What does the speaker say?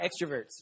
extroverts